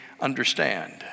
understand